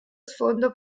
sfondo